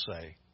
say